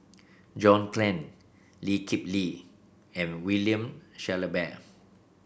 John Clang Lee Kip Lee and William Shellabear